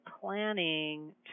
planning